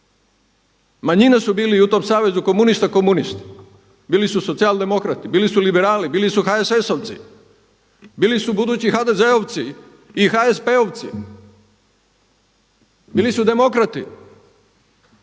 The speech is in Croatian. Manjine su bile i u tom Savezu komunista komunisti. Bili su socijaldemokrati, bili su liberali, bili su HSS-ovci, bili su budući HDZ-ovci i HSP-ovci, bili su demokrati.